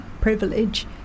privilege